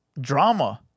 Drama